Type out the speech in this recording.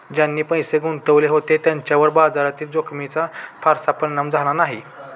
ज्यांनी पैसे गुंतवले होते त्यांच्यावर बाजारातील जोखमीचा फारसा परिणाम झाला नाही